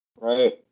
Right